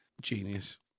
genius